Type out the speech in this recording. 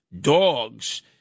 dogs